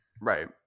Right